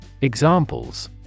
Examples